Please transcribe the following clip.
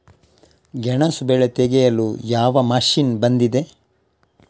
ಗೆಣಸು ಬೆಳೆ ತೆಗೆಯಲು ಯಾವ ಮಷೀನ್ ಬಂದಿದೆ?